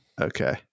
Okay